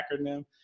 acronym